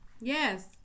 Yes